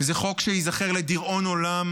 וזה חוק שייזכר לדיראון עולם